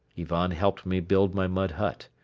ivan helped me build my mud hut.